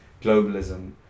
globalism